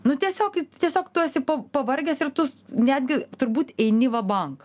nu tiesiog tiesiog tu esi pavargęs ir tu netgi turbūt eini va bank